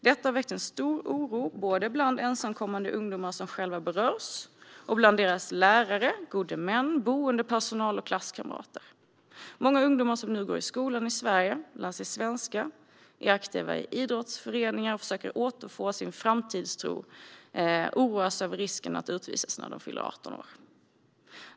Detta har väckt stor oro bland både ensamkommande ungdomar som själva berörs och bland deras lärare, gode män, boendepersonal och klasskamrater. Många ungdomar som nu går i skolan i Sverige, lär sig svenska, är aktiva i idrottsföreningar och försöker återfå sin framtidstro oroas över risken att utvisas när de fyller 18 år.